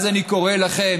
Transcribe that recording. אז אני קורא לכם,